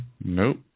Nope